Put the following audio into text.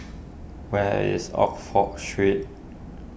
where is Oxford Street